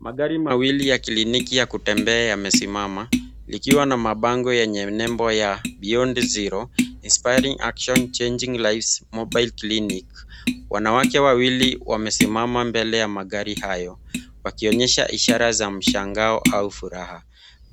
Magari mawili ya kliniki ya kutembea yamesimama, likiwa na mabango yenye nembo ya Beyond Zero, inspiring action, changing lives mobile clinic . Wanawake wawili wamesimama mbele ya magari hayo wakionyesha ishara za mshangao au furaha.